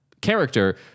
character